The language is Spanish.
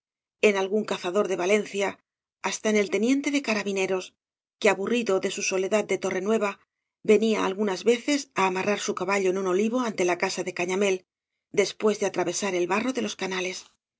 en algún cazador de valencia basta en el teniente de carabineros que aburrido de bu soledad de torre nueva venía algunas veces á amarrar su caballo en un olivo ante la casa de cañamél después de atravesar el barro de iob canales